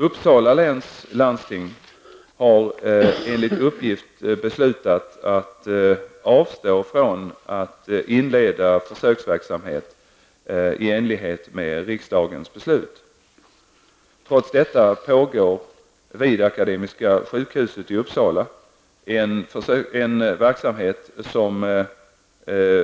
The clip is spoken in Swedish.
Uppsala läns landsting har enligt uppgift beslutat att avstå från att inleda försöksverksamhet i enlighet med riksdagens beslut. Trots detta pågår vid Akademiska sjukhuset i Uppsala en verksamhet som